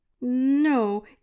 no